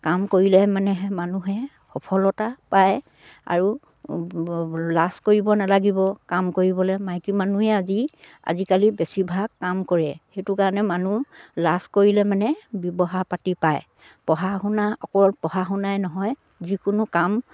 কাম কৰিলে মানেহে মানুহে সফলতা পায় আৰু লাজ কৰিব নালাগিব কাম কৰিবলে মাইকী মানুহে আজি আজিকালি বেছিভাগ কাম কৰে সেইটো কাৰণে মানুহ লাজ কৰিলে মানে পাতি পায় পঢ়া শুনা অকল পঢ়া শুনাই নহয় যিকোনো কাম